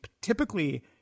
typically